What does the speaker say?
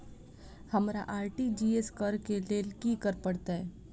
हमरा आर.टी.जी.एस करऽ केँ लेल की करऽ पड़तै?